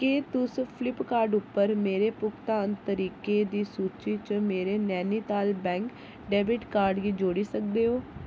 क्या तुस फ्लिपकार्ट उप्पर मेरे भुगतान तरीकें दी सूची च मेरे नैनीताल बैंक डैबिट कार्ड गी जोड़ी सकदे ओ